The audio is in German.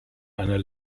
einer